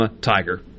Tiger